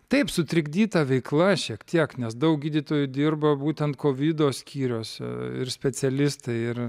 taip sutrikdyta veikla šiek tiek nes daug gydytojų dirba būtent kovido skyriuose ir specialistai ir